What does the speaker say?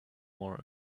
more